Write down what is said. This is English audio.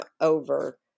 over